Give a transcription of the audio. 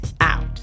out